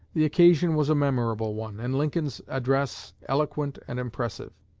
the occasion was a memorable one, and lincoln's address eloquent and impressive.